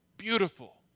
beautiful